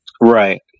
Right